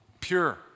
Pure